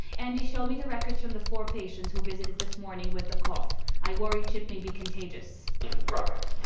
andi, show me the records from the four patients who visited this morning with the cough. i worry chip may be contagious in progress